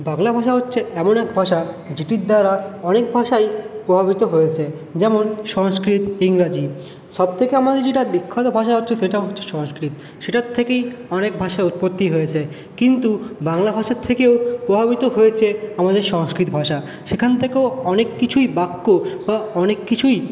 বাংলা ভাষা হচ্ছে এমন এক ভাষা যেটির দ্বারা অনেক ভাষাই প্রভাবিত হয়েছে যেমন সংস্কৃত ইংরাজি সবথেকে আমাদের যেটা বিখ্যাত ভাষা হচ্ছে সেটা হচ্ছে সংস্কৃত সেটার থেকেই অনেক ভাষার উৎপত্তি হয়েছে কিন্তু বাংলা ভাষার থেকেও প্রভাবিত হয়েছে আমাদের সংস্কৃত ভাষা সেখান থেকেও অনেক কিছুই বাক্য বা অনেক কিছুই